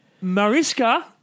Mariska